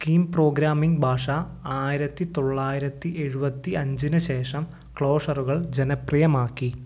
scheme programming ഭാഷ ആയിരത്തി തൊള്ളായിരത്തി എഴുപത്തി അഞ്ചിന് ശേഷം ക്ലോഷറുകൾ ജനപ്രിയമാക്കി